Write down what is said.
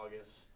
August